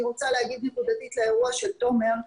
אני רוצה להגיד נקודתית לאירוע של תומר,